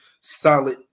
solid